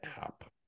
app